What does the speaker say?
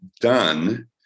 done